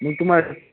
मग तुम्हाला